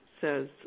says